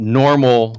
normal